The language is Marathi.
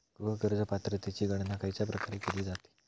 गृह कर्ज पात्रतेची गणना खयच्या प्रकारे केली जाते?